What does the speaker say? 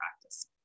practice